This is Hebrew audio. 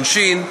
(עונשין),